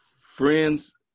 Friends